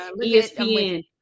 ESPN